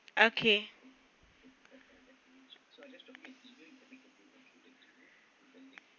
okay